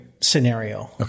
scenario